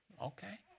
Okay